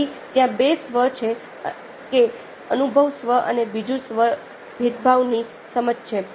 તેથી ત્યાં બે સ્વ છે એક અનુભવી સ્વ અને બીજું સ્વ ભેદભાવની સમજ છે